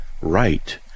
right